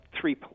three